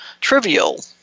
trivial